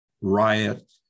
riot